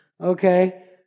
Okay